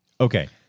Okay